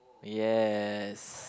yes